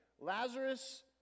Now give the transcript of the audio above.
Lazarus